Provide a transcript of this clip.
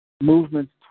movements